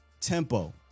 tempo